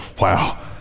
wow